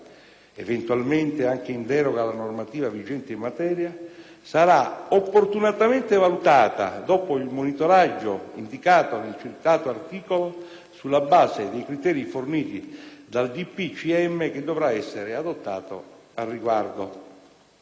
eventualmente anche in deroga alla normativa vigente in materia, sarà opportunamente valutata dopo il monitoraggio indicato nel citato articolo sulla base dei criteri forniti dal decreto del Presidente del